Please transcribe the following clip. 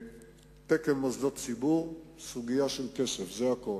תקן מוסדות ציבור, סוגיה של כסף, זה הכול.